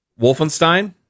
Wolfenstein